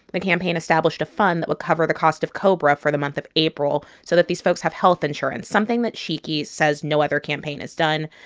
the campaign established a fund that would cover the cost of cobra for the month of april so that these folks have health insurance, something that sheekey says no other campaign has done.